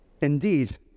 indeed